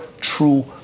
true